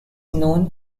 known